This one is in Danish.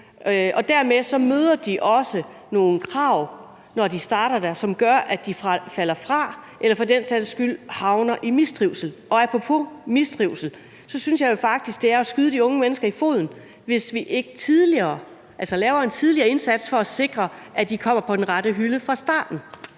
de starter der, også møder nogle krav, som gør, at de falder fra, eller at de for den sags skyld havner i mistrivsel. Og apropos mistrivsel synes jeg jo faktisk, det er at skyde de unge mennesker i foden, hvis vi ikke laver en tidligere indsats for at sikre, at de kommer på den rette hylde fra starten.